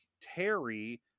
Terry